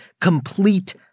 complete